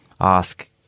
ask